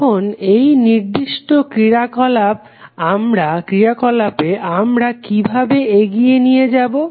এখন এই নির্দিষ্ট ক্রিয়াকলাপ আমরা কিভাবে এগিয়ে নিয়ে যাবো